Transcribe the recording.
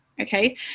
okay